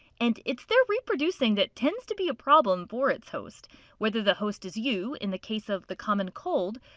and it's their reproducing that tends to be a problem for its host whether the host is you in the case of a common cold,